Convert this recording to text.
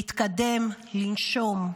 להתקדם, לנשום.